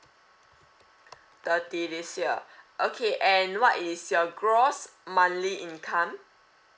thirty this year okay and what is your gross monthly income